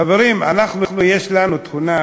חברים, יש לנו תכונה,